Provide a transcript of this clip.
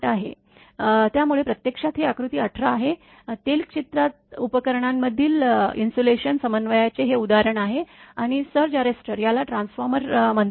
त्यामुळे प्रत्यक्षात हे आकृती 18 आहे तेल क्षेत्र उपकरणांमधील इन्सुलेशन समन्वयाचे हे उदाहरण आहे आणि सर्ज अरेस्टर याला ट्रान्सफॉर्मर म्हणतात